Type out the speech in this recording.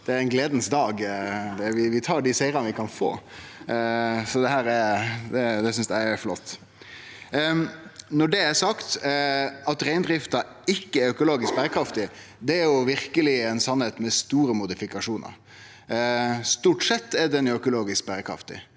Det er ein gledas dag. Vi tar dei sigrane vi kan få. Dette synest eg er flott. Når det er sagt: At reindrifta ikkje er økologisk berekraftig, er verkeleg ei sanning med store modifikasjonar. Stort sett er ho økologisk berekraftig.